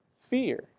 fear